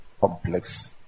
complex